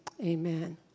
Amen